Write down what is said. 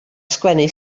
sgwennu